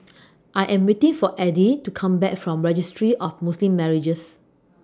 I Am waiting For Eddy to Come Back from Registry of Muslim Marriages